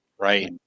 right